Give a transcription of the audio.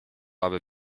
aby